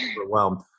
overwhelmed